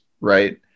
right